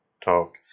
talk